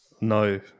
no